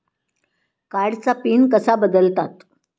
कार्डचा पिन कसा बदलतात?